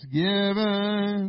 given